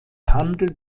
handelt